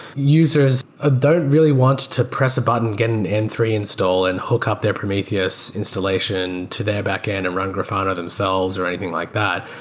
users ah don't really want to press a button, get an m three install and hook up their prometheus installation to their back-end and run grafana themselves or anything like that.